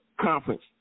conference